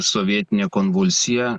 sovietinė konvulsija